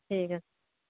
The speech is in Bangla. ঠিক আছে